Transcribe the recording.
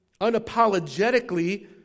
unapologetically